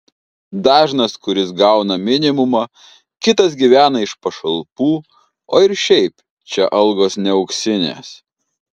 dažnas kuris gauna minimumą kitas gyvena iš pašalpų o ir šiaip čia algos ne auksinės